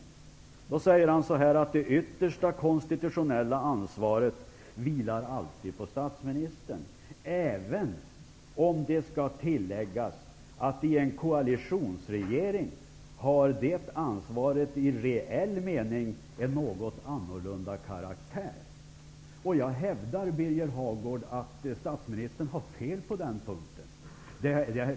Han säger så här: ''Det yttersta konstitutionella ansvaret vilar alltid på statsministern, även om det skall tilläggas att i en koalitionsregering har det ansvaret i reell mening en något annorlunda karaktär.'' Jag hävdar, Birger Hagård, att statsministern har fel på den punkten.